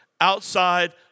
outside